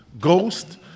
Ghost